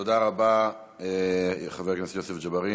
תודה רבה, חבר הכנסת יוסף ג'בארין.